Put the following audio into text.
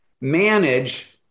manage